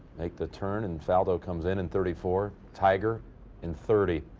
make the turn in faldo comes in in thirty-four tiger in thirty.